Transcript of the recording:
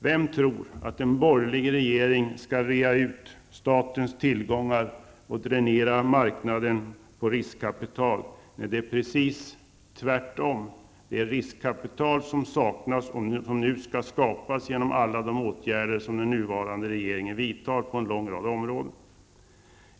Vem tror att en borgerlig regering skall rea ut statens tillgångar och dränera marknaden på riskkapital, när det är precis tvärtom. Det är riskkapital som saknas och som nu skall skapas genom alla de åtgärder som den nuvarande regeringen vidtar på en lång rad områden.